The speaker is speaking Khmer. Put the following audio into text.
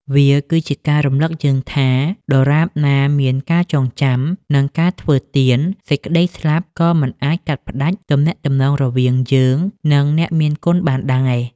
វាគឺជាការរំឮកយើងថា ដរាបណាមានការចងចាំ និងការធ្វើទាន សេចក្ដីស្លាប់ក៏មិនអាចកាត់ផ្ដាច់ទំនាក់ទំនងរវាងយើង និងអ្នកមានគុណបានដែរ។